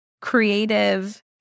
creative